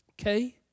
okay